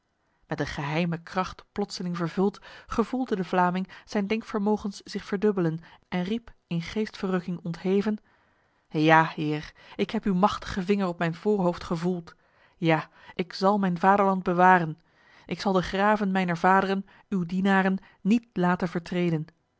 met een geheime kracht plotseling vervuld gevoelde de vlaming zijn denkvermogens zich verdubbelen en riep in geestverrukking ontheven ja heer ik heb uw machtige vinger op mijn voorhoofd gevoeld ja ik zal mijn vaderland bewaren ik zal de graven mijner vaderen uw dienaren niet laten vertreden